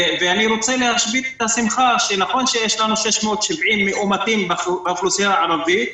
ואני רוצה להשבית את השמחה שנכון שיש לנו 670 מאומתים בחברה הערבית,